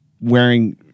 wearing